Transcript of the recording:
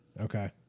Okay